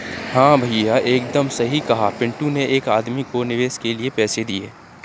हां भैया एकदम सही कहा पिंटू ने एक आदमी को निवेश के लिए पैसे दिए